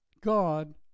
God